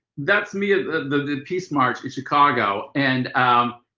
that's me at the peace march in chicago. and um